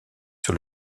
sur